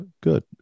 good